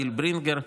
גיל ברינגר,